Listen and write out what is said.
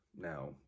now